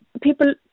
people